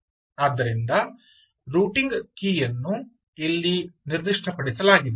ಆದ್ದರಿಂದ ರೂಟಿಂಗ್ ಕೀಲಿಯನ್ನು ಇಲ್ಲಿ ನಿರ್ದಿಷ್ಟಪಡಿಸಲಾಗಿದೆ